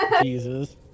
Jesus